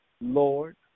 Lord